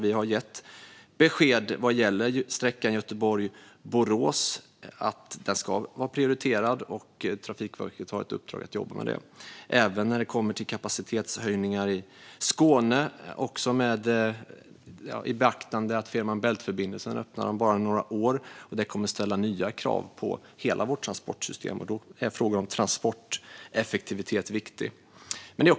Vi har gett besked om att sträckan Göteborg-Borås ska prioriteras, och Trafikverket har i uppdrag att jobba med det liksom med kapacitetshöjningar i Skåne, med beaktande av att Fehmarn Bält-förbindelsen öppnar om bara några år. Detta kommer att ställa nya krav på hela vårt transportsystem, och då är frågan om transporteffektivitet viktig.